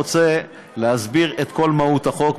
אני רוצה להסביר את כל מהות החוק.